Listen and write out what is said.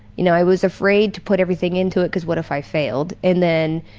you know, i was afraid to put everything into it because what if i failed. and then,